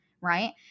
right